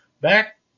Back